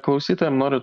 klausytojam noriu